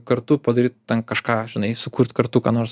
kartu padaryt kažką žinai sukurt kartu ką nors